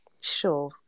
sure